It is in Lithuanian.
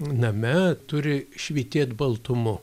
name turi švytėt baltumu